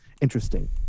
interesting